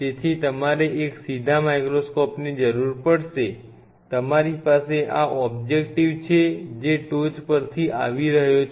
તેથી તમારે એક સીધા માઇક્રોસ્કોપની જરૂર પડશે તમારી પાસે આ ઓબ્જેક્ટિવ છે જે ટોચ પરથી આવી રહ્યો છે